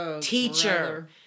teacher